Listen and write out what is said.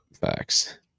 Facts